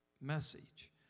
message